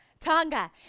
Tonga